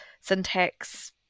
syntax